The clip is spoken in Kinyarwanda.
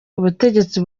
ubutegetsi